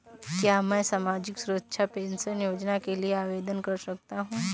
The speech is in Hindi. क्या मैं सामाजिक सुरक्षा पेंशन योजना के लिए आवेदन कर सकता हूँ?